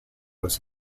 was